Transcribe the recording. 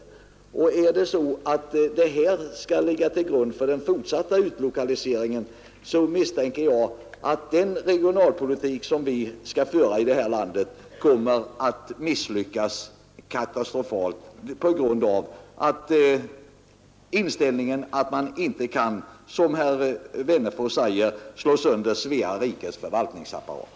Herr Wennerfors sade att man inte skall slå sönder Svea rikes förvaltningsapparat, och jag vill säga att skall en sådan inställning göra sig gällande vid den fortsatta utlokaliseringen misstänker jag att den regionalpolitik som vi skall föra här i landet kommer att misslyckas katastrofalt.